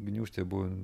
gniūžtė buvo